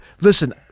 Listen